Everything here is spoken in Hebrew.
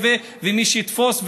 מי שיתפוס,